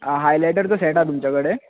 आ हायलायटराचो सेट आसा तुमच्या कडेन